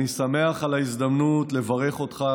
אני שמח על ההזדמנות לברך אותך,